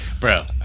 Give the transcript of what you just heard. Bro